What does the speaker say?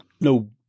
no